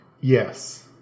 Yes